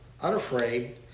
unafraid